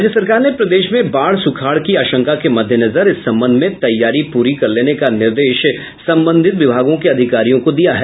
राज्य सरकार ने प्रदेश में बाढ़ सुखाड़ की आशंका के मद्देनजर इस संबंध में तैयारी पूरी कर लेने का निर्देश संबंधित विभागों के अधिकारियों को दिया है